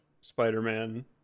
spider-man